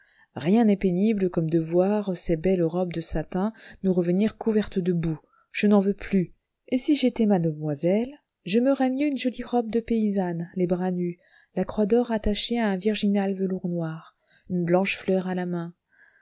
rien n'est pénible comme de voir ces belles robes de satin nous revenir couvertes de boue je n'en veux plus et si j'étais mademoiselle j'aimerais mieux une jolie robe de paysanne les bras nus la croix d'or attachée à un virginal velours noir une blanche fleur à la main